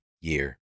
year